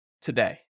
today